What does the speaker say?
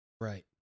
Right